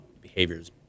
behaviors